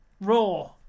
Raw